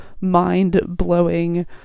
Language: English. mind-blowing